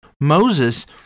Moses